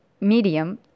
medium